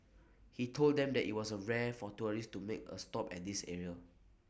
he told them that IT was A rare for tourists to make A stop at this area